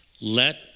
let